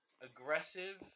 Aggressive